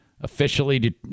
officially